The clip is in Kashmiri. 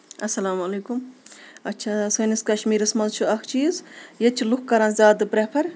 اَسلام علیکُم اچھا سٲںِس کَشمیٖرَس منٛز چھُ اَکھ چیٖز ییٚتہِ چھِ لُکھ کَران زیادٕ پرٛیفَر